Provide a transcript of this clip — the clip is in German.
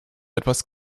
etwas